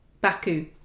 Baku